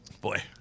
Boy